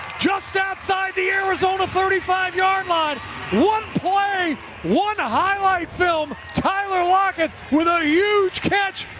just outside the arizona thirty five yard line one, play one, highlight film tyler lockett without a huge catch.